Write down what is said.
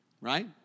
Right